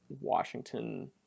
Washington